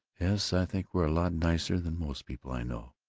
yes, i think we're lots nicer than most people i know!